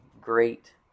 great